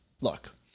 look